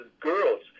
girls